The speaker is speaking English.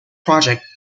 project